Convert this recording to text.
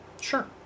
Sure